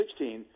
2016